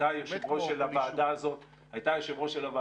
הייתה היושב-ראש של הוועדה הזאת ואנחנו